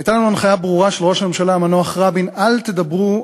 הייתה לנו הנחיה ברורה של ראש הממשלה המנוח רבין: אל תדברו,